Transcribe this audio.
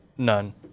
None